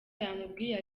yamubwiye